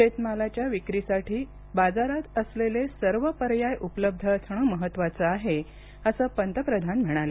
शेतमालाच्या विक्रीसाठी बाजारात असलेलेल सर्व पर्याय उपलब्ध असणं महत्त्वाचं आहे असं पंतप्रधान म्हणाले